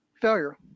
Failure